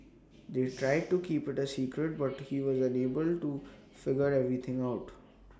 they tried to keep IT A secret but he was unable to figure everything out